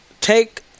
take